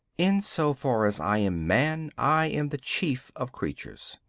in so far as i am man i am the chief of creatures.